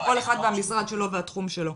כל אחד והמשרד שלו והתחום שלו.